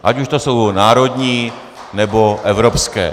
Ať už to jsou národní, nebo evropské.